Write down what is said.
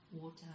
water